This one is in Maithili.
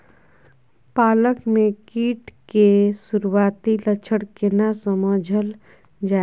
पालक में कीट के सुरआती लक्षण केना समझल जाय?